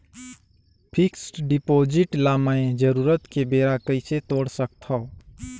Fixed deposit ल मैं जरूरत के बेरा कइसे तोड़ सकथव?